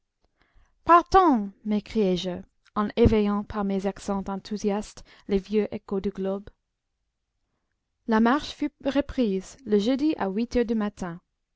partons m'écriai-je en éveillant par mes accents enthousiastes les vieux échos du globe la marche fut reprise le jeudi à huit heures du matin